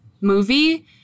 movie